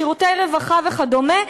שירותי רווחה וכדומה,